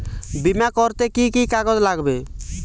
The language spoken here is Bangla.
বিমা করতে কি কি কাগজ লাগবে?